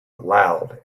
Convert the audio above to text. loud